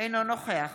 אינו נוכח